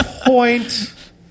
Point